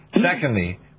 Secondly